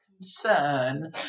concern